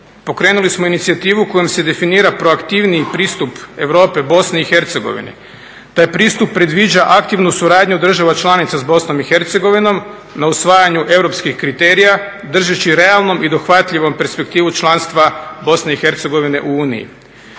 Pokrenuli smo inicijativu kojom se definira proaktivniji pristup Europe Bosni i Hercegovini. Taj pristup predviđa aktivnu suradnju država članica s Bosnom i Hercegovinom na usvajanju europskih kriterija, držeći realnom i dohvatljivom perspektivu članstva Bosne i Hercegovine u Uniji.